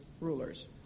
rulers